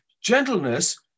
gentleness